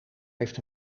heeft